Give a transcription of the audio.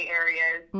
areas